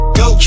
go